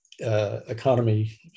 Economy